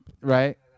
Right